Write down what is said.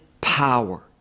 power